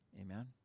Amen